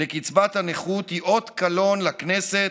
לקצבת הנכות היא אות קלון לכנסת,